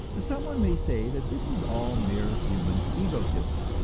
someone may say that this is all mere human egotism,